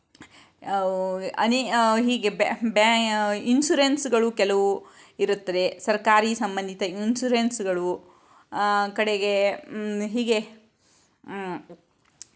ಅನೇಕ ಹೀಗೆ ಇನ್ಸುರೆನ್ಸ್ಗಳು ಕೆಲವು ಇರುತ್ತವೆ ಸರ್ಕಾರಿ ಸಂಬಂಧಿತ ಇನ್ಸುರೆನ್ಸ್ಗಳು ಕಡೆಗೆ ಹೀಗೆ